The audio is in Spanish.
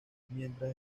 mientras